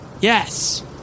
Yes